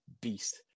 beast